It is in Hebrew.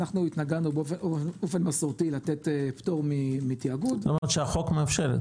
אנחנו התנגדנו באופן מסורתי לתת פטור מתיאגוד -- למרות שהחוק מאפשר.